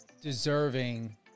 deserving